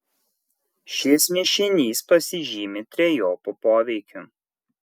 šis mišinys pasižymi trejopu poveikiu